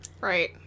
Right